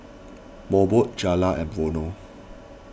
Mobot Zalia and Vono